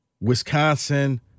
Wisconsin